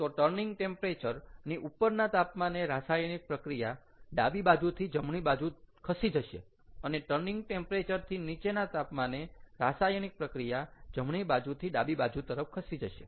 તો turning temperature ની ઉપરના તાપમાને રાસાયણિક પ્રક્રિયા ડાબી બાજુથી જમણી બાજુ ખસી જશે અને ટર્નિંગ ટેમ્પરેચર થી નીચેના તાપમાને રાસાયણિક પ્રક્રિયા જમણી બાજુથી ડાબી બાજુ તરફ ખસી જશે